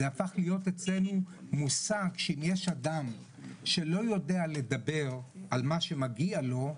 זה הפך להיות אצלינו מושג שאם יש אדם שלא יודע לדבר על מה שמגיע לו,